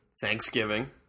Thanksgiving